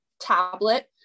tablet